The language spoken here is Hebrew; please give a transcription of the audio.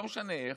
לא משנה איך,